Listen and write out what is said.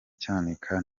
cyanika